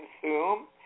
consume